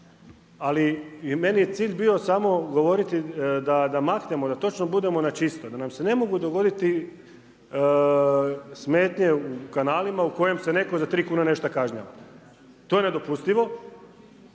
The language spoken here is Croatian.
Ali i meni je cilj bio samo govoriti da maknemo, da točno budemo na čisto. Da nam se ne mogu dogoditi smetnje u kanalima u kojem se netko za 3 kune nešto kažnjava. To je nedopustivo